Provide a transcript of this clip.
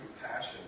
compassion